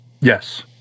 Yes